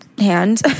hand